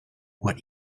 what